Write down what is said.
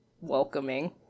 welcoming